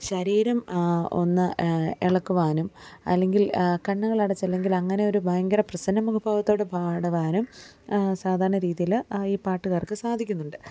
ശരീരം ഒന്ന് ഇളക്കുവാനും അല്ലെങ്കിൽ കണ്ണുകളടച്ച് അല്ലെങ്കിലങ്ങനെയൊരു ഭയങ്കര പ്രസന്നമുഖഭാവത്തോടെ പാടുവാനും സാധാരണരീതിയിൽ ഈ പാട്ടുകാർക്ക് സാധിക്കുന്നുണ്ട്